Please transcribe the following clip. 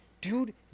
dude